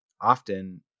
often